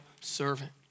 servant